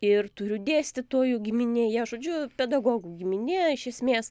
ir turiu dėstytojų giminėje žodžiu pedagogų giminė iš esmės